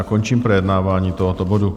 Končím projednávání tohoto bodu.